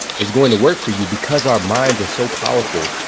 is going to work for you because our minds are so powerful.